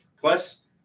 Plus